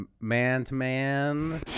man-to-man